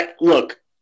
look